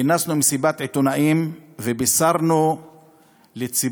כינסנו מסיבת עיתונאים ובישרנו לציבור